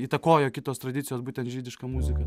įtakojo kitos tradicijos būtent žydišką muziką